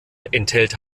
enthält